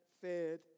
fed